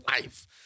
life